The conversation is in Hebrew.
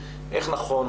איך נכון,